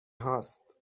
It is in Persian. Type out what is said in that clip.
هاست